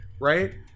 right